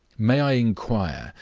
may i inquire,